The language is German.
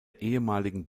ehemaligen